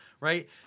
right